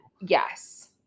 Yes